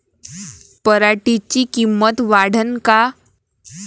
पराटीची किंमत वाढन का?